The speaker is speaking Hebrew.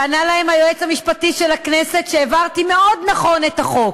וענה להם היועץ המשפטי של הכנסת שהבהרתי מאוד נכון את החוק.